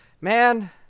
man